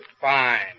Fine